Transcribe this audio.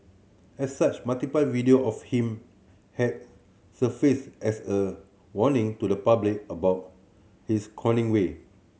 as such multiple video of him has surfaced as a warning to the public about his conning way